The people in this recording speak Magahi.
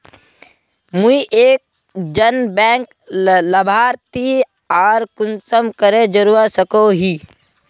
मुई एक जन बैंक लाभारती आर कुंसम करे जोड़वा सकोहो ही?